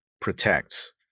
protects